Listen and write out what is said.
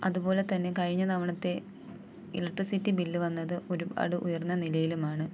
അതുപോലെതന്നെ കഴിഞ്ഞതവണത്തെ electricity bill വന്നത് ഒരുപാട് ഉയർന്ന നിലയിലുമാണ്